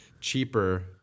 cheaper